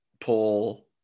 pull